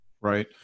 Right